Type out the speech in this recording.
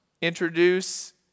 introduce